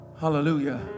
hallelujah